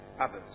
others